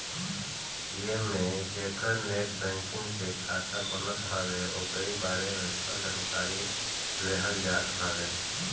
एमे जेकर net banking पे खाता बनत हवे ओकरी बारे में सब जानकारी लेहल जात हवे